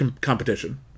competition